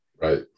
Right